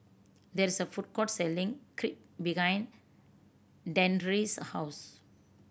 there is a food court selling Crepe behind Dandre's house